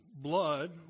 blood